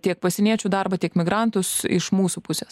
tiek pasieniečių darbą tiek migrantus iš mūsų pusės